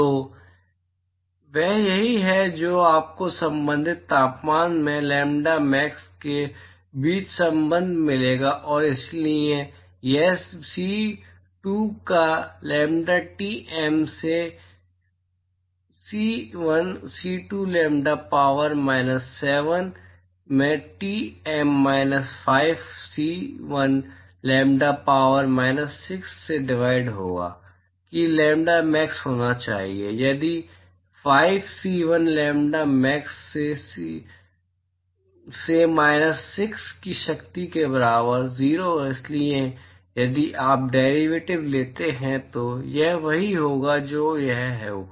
तो यह वही है जो आपको संबंधित तापमान में लैम्ब्डा मैक्स के बीच संबंध मिलेगा और इसलिए यह सी 2 का लैम्ब्डा टी एम से C 1 C 2 lambda power minus 7 में T M minus 5 C 1 lambda power minus 6 से डिवाइड होगा कि लैम्ब्डा मैक्स होना चाहिए प्लस 5 सी1 लैम्ब्डा मैक्स से माइनस 6 की शक्ति के बराबर 0 इसलिए यदि आप डेरिवेटिव लेते हैं तो यह वही होगा जो यह होगा